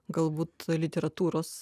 galbūt literatūros